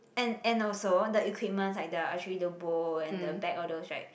and and also the equipment like the I show you the bowl and the bag all those right